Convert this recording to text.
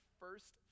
first